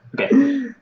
Okay